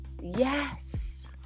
Yes